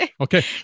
Okay